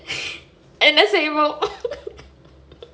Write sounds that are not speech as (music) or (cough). என்ன செய்வோம்:enna seivom (laughs)